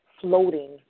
floating